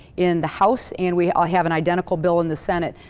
in the house, and we ah have an identical bill in the senate,